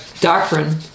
doctrine